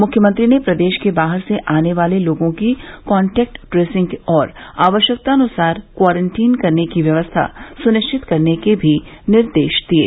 मुख्यमंत्री ने प्रदेश के बाहर से आने वाले लोगों की कांटेक्ट ट्रेसिंग और आवश्यकतानुसार क्वारेंटीन करने की व्यवस्था सुनिश्चित करने के भी निर्देश दिये